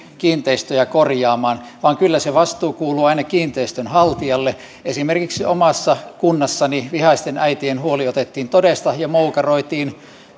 kiinteistöjä korjaamaan vaan kyllä se vastuu kuuluu aina kiinteistön haltijalle esimerkiksi omassa kunnassani vihaisten äitien huoli otettiin todesta ja moukaroitiin